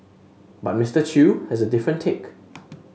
but Mister Chew has a different take